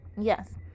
yes